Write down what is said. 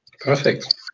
Perfect